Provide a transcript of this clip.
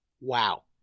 Wow